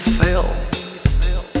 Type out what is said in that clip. fell